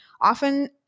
Often